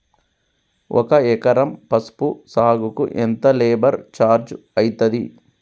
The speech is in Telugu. ఒక ఎకరం పసుపు సాగుకు ఎంత లేబర్ ఛార్జ్ అయితది?